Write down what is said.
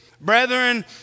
Brethren